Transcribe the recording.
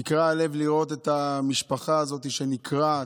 נקרע הלב לראות את המשפחה הזאת, שנקרעת.